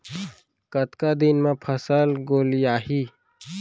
कतका दिन म फसल गोलियाही?